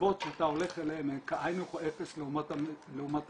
המסיבות שאתה הולך אליהן הן כאין וכאפס לעומת המועדונים.